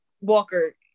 walker